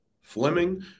Fleming